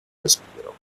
respiro